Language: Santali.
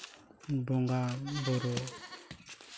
ᱵᱚᱸᱜᱟᱼᱵᱳᱨᱳ